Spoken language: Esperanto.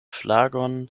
flagon